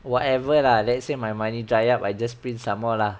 whatever lah let's say my money dry up I just print some more lah